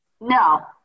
No